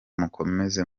mukomeze